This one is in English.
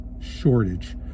shortage